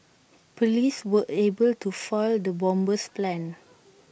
Police were able to foil the bomber's plans